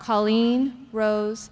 colleen rose